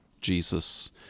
Jesus